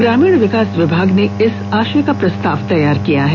ग्रामीण विकास विभाग ने इस आशय का प्रस्ताव तैयार किया है